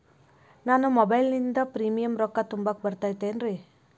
ನಾನು ಮೊಬೈಲಿನಿಂದ್ ಪ್ರೇಮಿಯಂ ರೊಕ್ಕಾ ತುಂಬಾಕ್ ಬರತೈತೇನ್ರೇ?